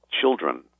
children